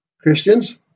Christians